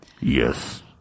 Yes